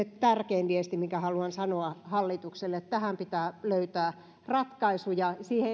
tärkein viesti minkä haluan sanoa hallitukselle tähän pitää löytää ratkaisuja siihen